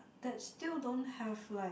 that still don't have like